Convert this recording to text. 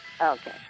Okay